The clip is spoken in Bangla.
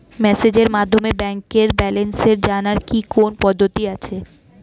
মেসেজের মাধ্যমে ব্যাংকের ব্যালেন্স জানার কি কোন পদ্ধতি আছে?